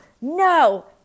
no